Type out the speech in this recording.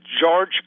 George